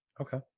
okay